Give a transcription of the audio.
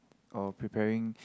or preparing